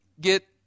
get